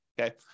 Okay